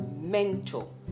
mental